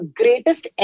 greatest